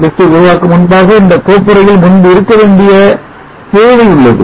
netlist ஐ உருவாக்கும் முன்பாக இந்த கோப்புறையில் முன்பு கோப்புகள் இருக்க வேண்டிய தேவை உள்ளது